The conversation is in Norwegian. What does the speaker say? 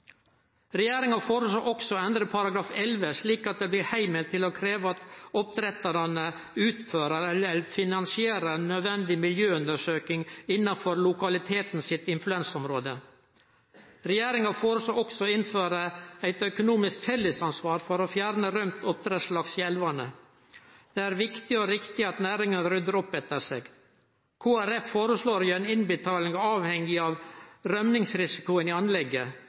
Regjeringa foreslår også å endre § 11, slik at ein får heimel til å krevje at oppdrettarane utfører eller finansierer nødvendig miljøundersøking innanfor lokaliteten sitt influensområde. Regjeringa foreslår også å innføre eit økonomisk fellesansvar for å fjerne rømt oppdrettslaks i elvane. Det er viktig og riktig at næringa ryddar opp etter seg. Kristeleg Folkeparti foreslår å gjere innbetalinga avhengig av rømmingsrisikoen i anlegget.